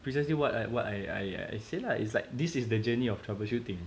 precisely what I what I I said lah it's like this is the journey of troubleshooting